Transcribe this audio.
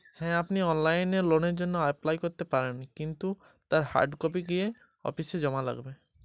আমি কি অনলাইন এ ঋণ র জন্য আবেদন করতে পারি?